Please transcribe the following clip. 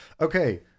Okay